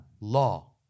law